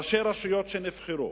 ראשי רשויות שנבחרו